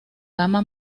gama